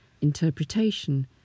interpretation